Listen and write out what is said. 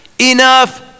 enough